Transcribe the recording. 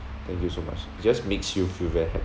thank you so much it just makes you feel very happy